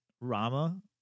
Rama